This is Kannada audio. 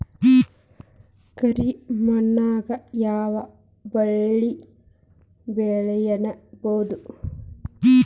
ಕರಿ ಮಣ್ಣಾಗ್ ಯಾವ್ ಬೆಳಿ ಬೆಳ್ಸಬೋದು?